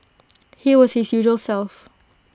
he was usual self